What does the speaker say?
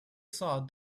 saw